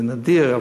זה נדיר,